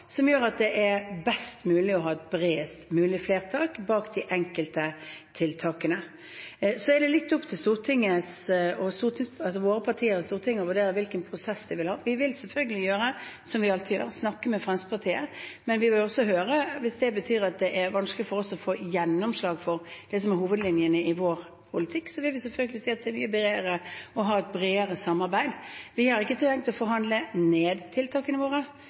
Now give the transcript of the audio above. som gjør at det er best å ha et bredest mulig flertall bak de enkelte tiltakene. Så er det litt opp til våre partier i Stortinget å vurdere hvilken prosess de vil ha. Vi vil selvfølgelig gjøre som vi alltid gjør, å snakke med Fremskrittspartiet. Hvis det betyr at det er vanskelig for oss å få gjennomslag for det som er hovedlinjene i vår politikk, vil vi selvfølgelig si at det er mye bedre å ha et bredere samarbeid. Vi har ikke tenkt å forhandle ned tiltakene våre,